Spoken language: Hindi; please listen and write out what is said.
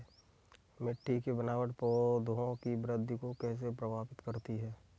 मिट्टी की बनावट पौधों की वृद्धि को कैसे प्रभावित करती है?